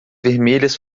vermelhas